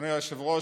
אדוני היושב-ראש,